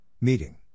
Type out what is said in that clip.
meeting